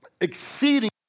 exceeding